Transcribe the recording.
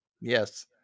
Yes